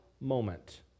moment